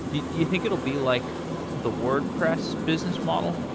you think it will be like the wordpress business model?